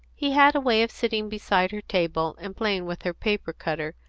he had a way of sitting beside her table and playing with her paper-cutter,